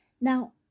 Now